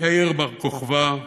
יאיר בר-כוכבא,